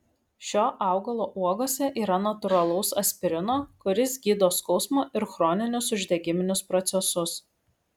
šio augalo uogose yra natūralaus aspirino kuris gydo skausmą ir chroninius uždegiminius procesus